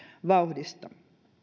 vauhdista